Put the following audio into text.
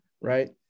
right